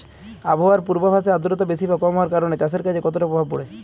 আবহাওয়ার পূর্বাভাসে আর্দ্রতা বেশি বা কম হওয়ার কারণে চাষের কাজে কতটা প্রভাব পড়ে?